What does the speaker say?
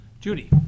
Judy